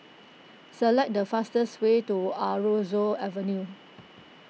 select the fastest way to Aroozoo Avenue